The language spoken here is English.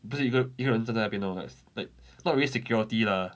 不是有一个一个人站在那边 lor like like not really security lah